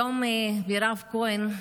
היום מירב כהן,